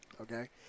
Okay